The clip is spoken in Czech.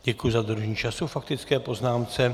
Děkuji za dodržení času k faktické poznámce.